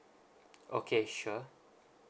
okay sure